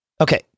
Okay